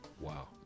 Wow